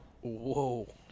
Whoa